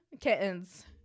kittens